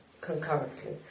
concurrently